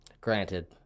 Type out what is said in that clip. Granted